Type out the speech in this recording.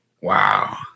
Wow